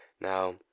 Now